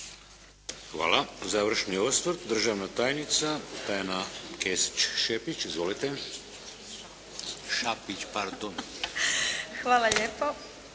Hvala. Završni osvrt državna tajnica Tajana Kesić-Šapić. Izvolite. **Kesić-Šapić, Tajana** Hvala lijepo.